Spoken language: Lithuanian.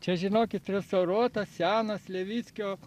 čia žinokit restauruotas senas levickio